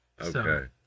Okay